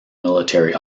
military